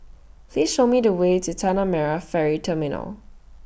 Please Show Me The Way to Tanah Merah Ferry Terminal